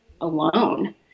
alone